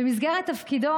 בתפקידו,